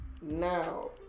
Now